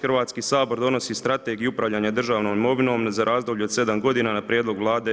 Hrvatski sabor donosi strategiju upravljanja državnom imovinom za razdoblje od 7 godina na prijedlog Vlade RH.